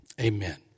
Amen